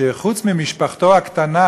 שחוץ מהמשפחה הקטנה